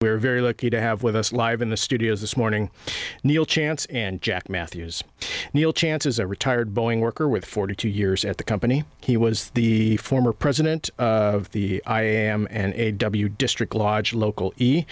we're very lucky to have with us live in the studio this morning neal chance and jack matthews neal chance is a retired boeing worker with forty two years at the company he was the former president of the i am and w district lodge local e